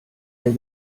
der